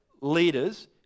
leaders